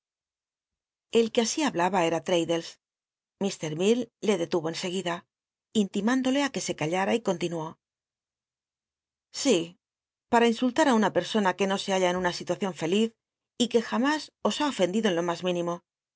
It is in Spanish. el que así hablaba eta l'tadclles mt mcll le detuvo en seguida intimündole ti que se c liara y eonlinuó si pata insultar á una persona uc no se halla en una siluacion feliz y que jam is os ha ofendido en lo mas miuimo